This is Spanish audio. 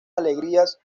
alegrías